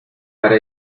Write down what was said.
para